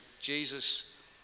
Jesus